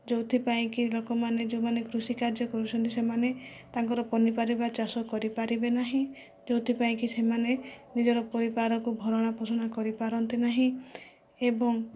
ଯେଉଁଥିପାଇଁ କି ଲୋକମାନେ ଯେଉଁମାନେ କୃଷିକାର୍ଯ୍ୟ କରୁଛନ୍ତି ସେମାନେ ତାଙ୍କର ପନିପରିବା ଚାଷ କରି ପାରିବେ ନାହିଁ ଯେଉଁଥିପାଇଁ କି ସେମାନେ ନିଜର ପରିବାରକୁ ଭରଣ ପୋଷଣ କରିପାରନ୍ତି ନାହିଁ ଏବଂ